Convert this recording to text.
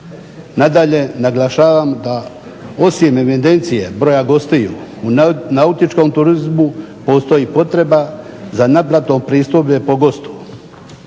Nadalje, naglašavam da osim evidencije broja gostiju u nautičkom turizmu postoji potreba za naplatom pristojbe po gostu